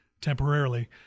temporarily